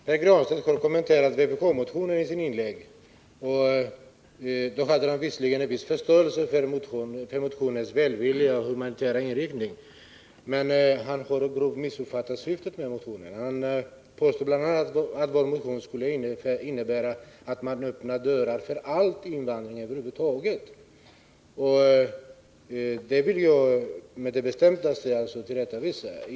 Herr talman! Pär Granstedt har i sitt inlägg kommenterat vpk-motionen. Han hade en viss förståelse för motionens humanitära inriktning, men missuppfattade grovt syftet med den. BI. a. påstår Pär Granstedt att vår motion skulle innebära att man öppnar dörren för all invandring, vilket jag på det bestämdaste vill tillbakavisa.